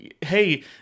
hey